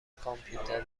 کامپیوتر